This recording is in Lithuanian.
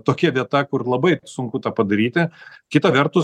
tokia vieta kur labai sunku tą padaryti kita vertus